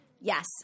Yes